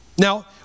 Now